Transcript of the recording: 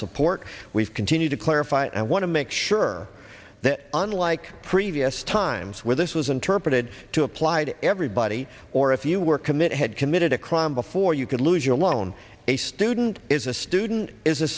support we've continued to clarify it and want to make sure that unlike previous times where this was interpreted to apply to everybody or if you were committed had committed a crime before you could lose your loan a student is a student is a